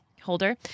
holder